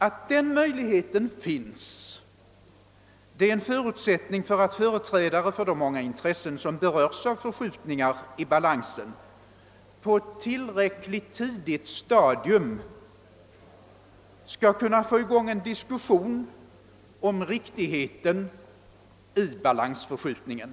Att sådana möjligheter finns är en förutsättning för att företrädare för de många intressen, som berörs av förskjutningar i balansen, på ett tillräckligt tidigt stadium skall kunna få i gång en diskussion om riktigheten i balansförskjutningarna.